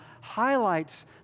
highlights